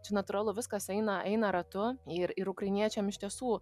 čia natūralu viskas eina eina ratu ir ir ukrainiečiam iš tiesų